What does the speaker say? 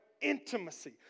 Intimacy